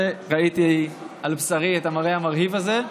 זאת הפעם הראשונה שאני פה בכהונתך,